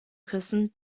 küssen